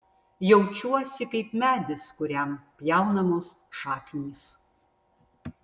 jaučiuosi kaip medis kuriam pjaunamos šaknys